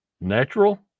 Natural